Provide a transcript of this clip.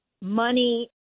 money